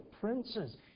princes